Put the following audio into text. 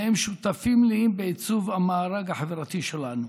והם שותפים מלאים בעיצוב המארג החברתי שלנו.